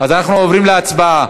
אז אנחנו עוברים להצבעה.